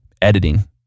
editing